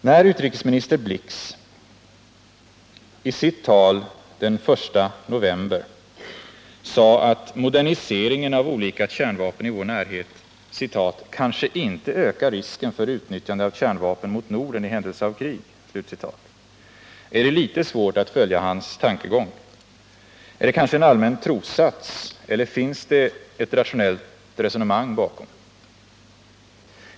När utrikesminister Blix i sitt tal den I november sade att moderniseringen av olika kärnvapen i vår närhet ”kanske inte ökar risken för utnyttjande av kärnvapen mot Norden i händelse av krig”, är det litet svårt att följa hans tankegång. Är det kanske en allmän trossats, eller finns det ett rationellt resonemang bakom?